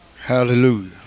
Hallelujah